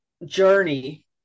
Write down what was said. journey